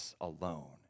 alone